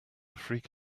freak